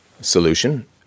solution